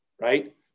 right